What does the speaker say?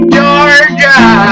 Georgia